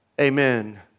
Amen